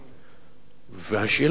והשאלה הנשאלת,